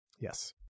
Yes